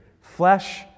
Flesh